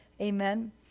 amen